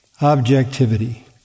objectivity